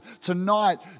Tonight